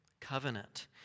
covenant